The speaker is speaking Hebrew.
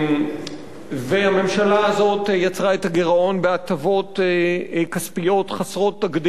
והממשלה הזאת יצרה את הגירעון בהטבות כספיות חסרות תקדים,